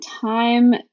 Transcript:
time